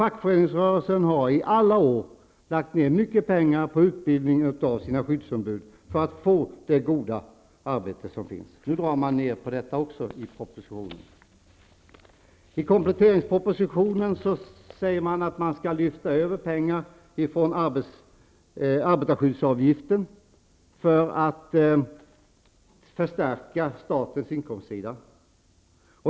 Fackföreningsrörelsen har i alla år lagt ner mycket pengar på utbildning av skyddsombud för det goda arbetet. Nu vill man dra ned också på detta enligt propositionen. I kompletteringspropositionen sägs att man skall lyfta över pengar från arbetarskyddsavgiften för att förstärka statens inkomstsida.